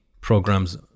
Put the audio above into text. programs